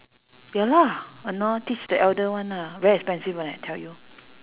ya lah !hannor! teach the elder one lah very expensive [one] leh tell you